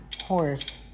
Horse